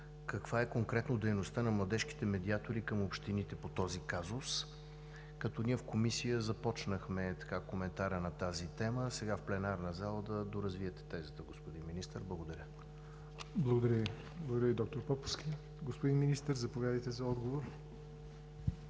каква конкретно е дейността на младежките медиатори към общините по този казус? Ние като комисия започнахме коментар на тази тема, сега в пленарна зала да доразвиете тезата, господин Министър. Благодаря. ПРЕДСЕДАТЕЛ ЯВОР НОТЕВ: Благодаря Ви, доктор Поповски. Господин Министър, заповядайте за отговор.